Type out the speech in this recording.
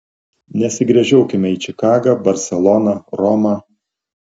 nesigręžiokime į čikagą barseloną romą